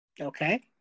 Okay